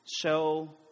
show